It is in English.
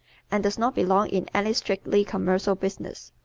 and does not belong in any strictly commercial business.